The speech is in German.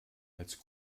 als